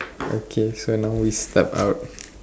okay so now we step out